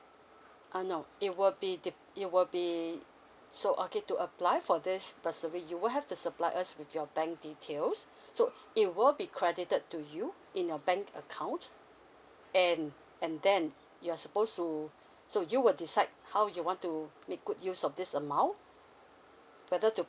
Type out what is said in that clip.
ah no it will be de~ it will be so okay to apply for this bursary you will have to supply us with your bank details so it will be credited to you in your bank account and and then you are supposed to so you will decide how you want to make good use of this amount whether to